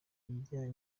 ijyanye